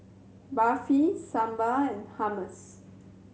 Barfi Sambar and Hummus